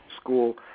school